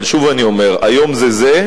אבל שוב אני אומר: היום זה זה,